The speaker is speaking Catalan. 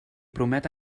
promet